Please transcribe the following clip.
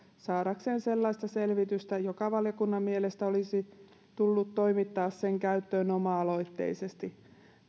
saadakseen sellaista selvitystä joka valiokunnan mielestä olisi tullut toimittaa sen käyttöön oma aloitteisesti